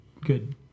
good